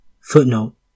Footnote